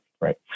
right